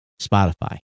Spotify